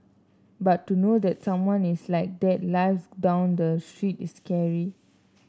but to know that someone is like that lives down the street is scary